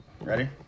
Ready